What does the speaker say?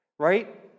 right